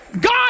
God